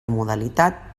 modalitat